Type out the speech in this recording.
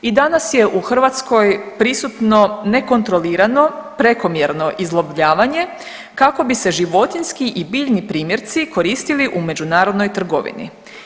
I danas je u Hrvatskoj prisutno nekontrolirano prekomjerno izlovljavanje kako bi se životinjski i biljni primjerci koristili u međunarodnoj trgovini.